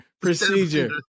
procedure